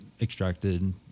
extracted